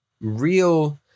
real